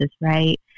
right